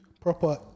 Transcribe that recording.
proper